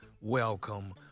welcome